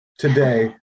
today